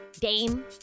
Dame